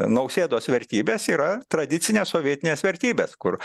nausėdos vertybės yra tradicinės sovietinės vertybės kur